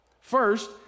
First